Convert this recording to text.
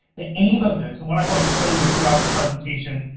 the aim of this, and what i hope to show you throughout this presentation,